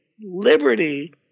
liberty